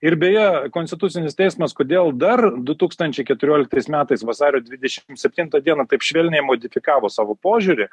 ir beje konstitucinis teismas kodėl dar du tūkstančiai keturioliktais metais vasario dvidešim septintą dieną taip švelniai modifikavo savo požiūrį